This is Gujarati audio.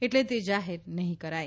એટલે તે જાહેર નહીં કરાય